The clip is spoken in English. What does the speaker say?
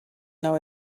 know